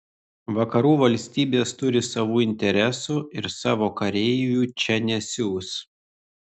vakarų valstybės turi savų interesų ir savo kareivių čia nesiųs